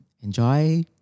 enjoy